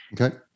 Okay